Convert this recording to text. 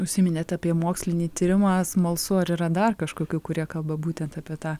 užsiminėt apie mokslinį tyrimą smalsu ar yra dar kažkokių kurie kalba būtent apie tą